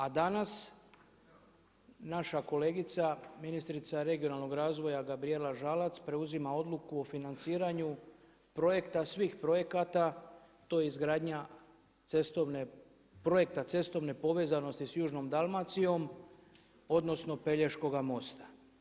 A danas naša kolegica, ministrica regionalnog razvoja Gabrijela Žalac preuzima Odluku o financiranju projekta svih projekata, to je izgradnja projekta cestovne povezanosti s južnom Dalmacijom odnosno Pelješkoga mosta.